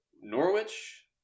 Norwich